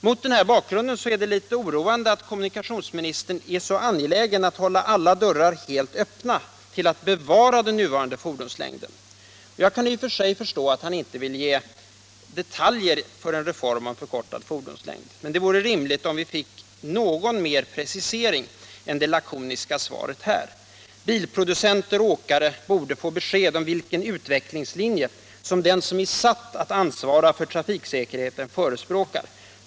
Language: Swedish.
Mot den här bakgrunden är det litet oroande att kommunikationsministern är så angelägen om att hålla alla dörrar helt öppna för att vi skulle bevara den nuvarande fordonslängden. Jag kan i och för sig förstå att han inte vill gå in på detaljer för en reform om förkortad fordonslängd. Men det vore rimligt om vi fick någon mer precisering än det lakoniska svar som lämnats här. Bilproducenter och åkare borde få besked om vilken utvecklingslinje den som är satt att ansvara för trafiksäkerheten förespråkar.